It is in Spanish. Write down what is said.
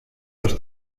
los